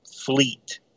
fleet